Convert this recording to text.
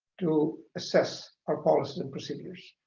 to assess our policies and procedures.